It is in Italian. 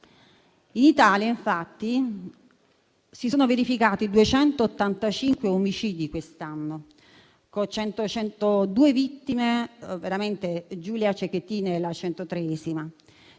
In Italia, infatti, si sono verificati 285 omicidi quest'anno esono 102 le vittime donne (Giulia Cecchettini è la centotreesima),